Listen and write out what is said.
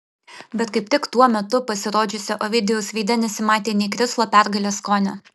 bet kaip tik tuo metu pasirodžiusio ovidijaus veide nesimatė nė krislo pergalės skonio